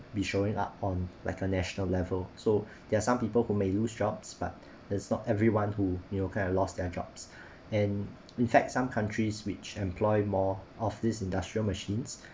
be showing up on like a national level so there are some people who may lose jobs but it's not everyone who you know kind of lost their jobs and in fact some countries which employ more of this industrial machines